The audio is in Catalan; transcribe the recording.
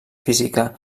física